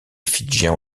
fidjiens